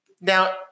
Now